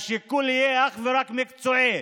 השיקול יהיה אך ורק מקצועי,